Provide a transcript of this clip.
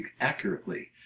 accurately